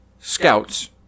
Scouts